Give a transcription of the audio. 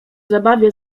zabawie